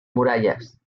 murallas